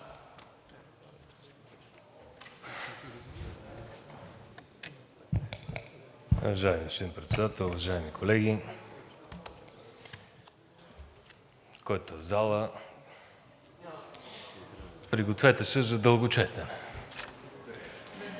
Уважаеми господин Председател, уважаеми колеги, които сте в залата, пригответе се за дълго четене!